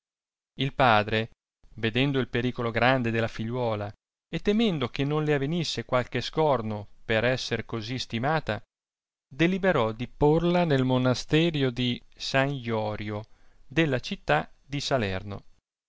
il padre vedendo il pericolo grande della figliuola e temendo che non le avenisse qualche scorno per esser così stimata deliberò di porla nel monasterio di san iorio della città di salerno